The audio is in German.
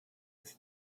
des